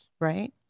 Right